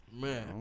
man